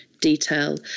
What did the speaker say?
detail